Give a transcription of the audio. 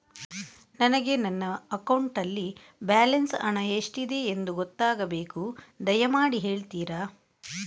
ನನಗೆ ನನ್ನ ಅಕೌಂಟಲ್ಲಿ ಬ್ಯಾಲೆನ್ಸ್ ಹಣ ಎಷ್ಟಿದೆ ಎಂದು ಗೊತ್ತಾಗಬೇಕು, ದಯಮಾಡಿ ಹೇಳ್ತಿರಾ?